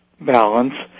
Balance